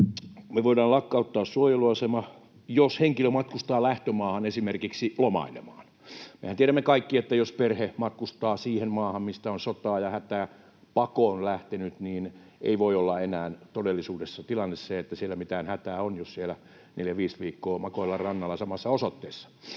me voidaan lakkauttaa suojeluasema, jos henkilö matkustaa lähtömaahan esimerkiksi lomailemaan. Mehän tiedämme kaikki, että jos perhe matkustaa siihen maahan, mistä on sotaa ja hätää pakoon lähtenyt, niin ei voi olla enää todellisuudessa tilanne se, että siellä mitään hätää on, jos siellä 4—5 viikkoa makoillaan rannalla samassa osoitteessa.